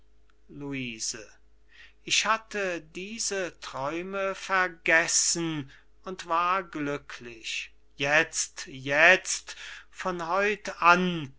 luise ich hatte diese träume vergessen und war glücklich jetzt jetzt von heut an der